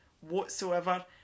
whatsoever